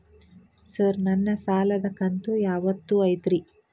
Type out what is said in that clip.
Sir ನನ್ನ ಸಾಲದ ಕಂತು ಯಾವತ್ತೂ ಐತ್ರಿ?